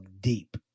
deep